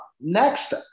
next